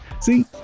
See